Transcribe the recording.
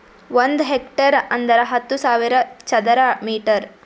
ಒಂದ್ ಹೆಕ್ಟೇರ್ ಅಂದರ ಹತ್ತು ಸಾವಿರ ಚದರ ಮೀಟರ್